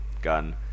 gun